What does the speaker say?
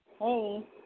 Hey